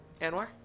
Anwar